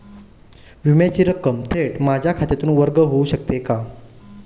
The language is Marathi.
विम्याची रक्कम थेट माझ्या खात्यातून वर्ग होऊ शकते का?